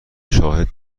شاهد